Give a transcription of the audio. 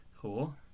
Cool